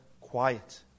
quiet